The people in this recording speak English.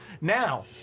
Now